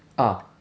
ah